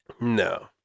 No